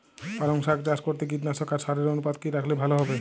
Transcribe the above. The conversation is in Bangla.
পালং শাক চাষ করতে কীটনাশক আর সারের অনুপাত কি রাখলে ভালো হবে?